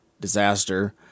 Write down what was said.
disaster